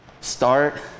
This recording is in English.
start